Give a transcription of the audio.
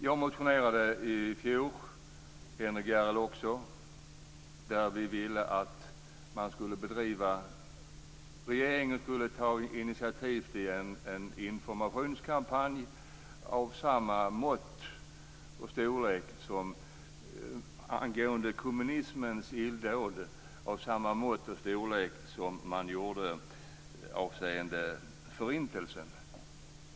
Jag motionerade i fjor - Henrik Järrel också - och ville att regeringen skulle ta initiativ till en informationskampanj angående kommunismens illdåd av samma mått och storlek som man gjorde avseende Förintelsen.